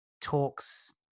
talks